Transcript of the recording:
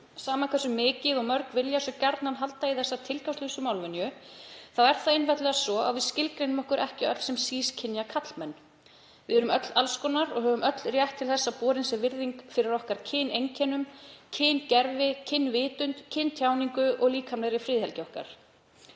Sama hversu mikið og mörg vilja svo gjarnan halda í þessa tilgangslausu málvenju þá er það einfaldlega svo að við skilgreinum okkur ekki öll sem sískynja karlmenn. Við erum öll alls konar og höfum öll rétt til þess að borin sé virðing fyrir kyneinkennum, kyngervi, kynvitund, kyntjáningu og líkamlegri friðhelgi okkar.